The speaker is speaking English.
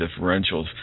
differentials